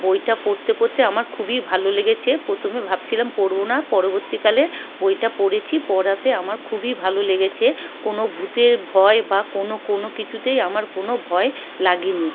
বইটা পড়তে পড়তে আমার খুবই ভালো লেগেছে প্রথমে ভাবছিলাম পড়বো না পরবর্তীকালে বইটা পড়েছি পড়াতে আমার খুবই ভালো লেগেছে কোনো ভূতের ভয় বা কোনো কোনো কিছুতেই আমার কোনো ভয় লাগেনি